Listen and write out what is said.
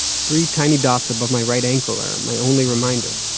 three tiny dots above my right ankle are my only reminder.